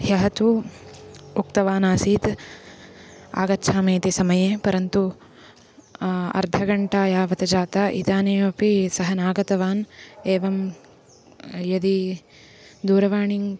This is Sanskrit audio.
ह्यः तु उक्तवानासीत् आगच्छामीति समये परन्तु अर्धघण्टा यावत् जाता इदानीमपि सः नागतवान् एवं यदि दूरवाणीं